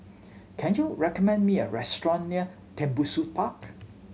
can you recommend me a restaurant near Tembusu Park